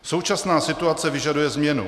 Současná situace vyžaduje změnu.